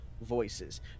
voices